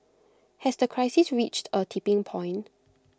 has the crisis reached A tipping point